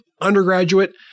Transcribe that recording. undergraduate